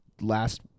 last